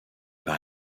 par